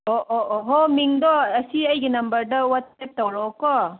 ꯑꯣ ꯑꯣ ꯑꯣ ꯍꯣ ꯃꯤꯡꯗꯣ ꯑꯁꯤ ꯑꯩꯒꯤ ꯅꯝꯕꯔꯗ ꯋꯥꯠꯆꯞ ꯇꯧꯔꯛꯑꯣꯀꯣ